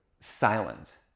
silence